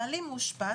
בעלי מאושפז.